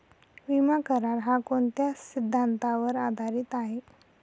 विमा करार, हा कोणत्या सिद्धांतावर आधारीत आहे?